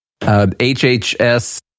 hhs